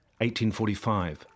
1845